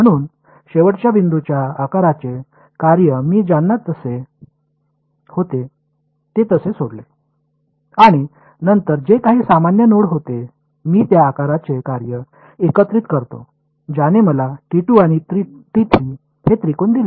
म्हणून शेवटच्या बिंदूंच्या आकाराचे कार्य मी त्यांना जसे होते तसे सोडले आणि नंतर जे काही सामान्य नोड होते मी त्या आकाराचे कार्य एकत्रित करतो ज्याने मला आणि हे त्रिकोण दिले